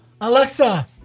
alexa